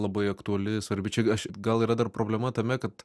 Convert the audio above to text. labai aktuali svarbi čia aš gal yra dar problema tame kad